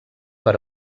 per